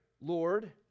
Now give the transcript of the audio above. Lord